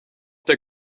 der